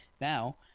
Now